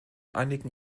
einigen